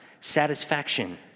satisfaction